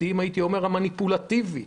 לעתים המניפולטיבית,